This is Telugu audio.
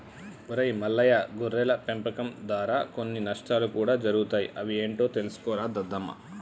ఒరై మల్లయ్య గొర్రెల పెంపకం దారా కొన్ని నష్టాలు కూడా జరుగుతాయి అవి ఏంటో తెలుసుకోరా దద్దమ్మ